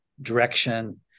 direction